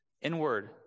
inward